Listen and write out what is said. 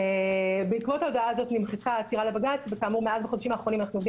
בעקבות ההודעה הזו נמחקה העתירה לבג"ץ ומאז אנחנו עובדים